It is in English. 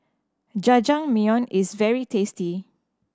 Jajangmyeon is very tasty